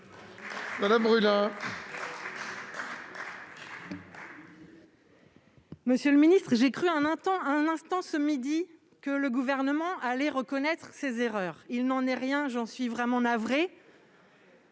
la réplique. Monsieur le ministre, j'ai cru un instant ce midi que le Gouvernement allait reconnaître ses erreurs. Il n'en est rien, et j'en suis vraiment navrée.